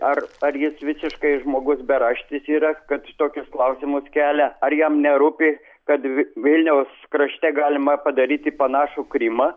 ar ar jis visiškai žmogus beraštis yra kad tokius klausimus kelia ar jam nerūpi kad vi vilniaus krašte galima padaryti panašų krymą